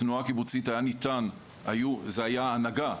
בתנועה הקיבוצית זו הייתה ההנהגה,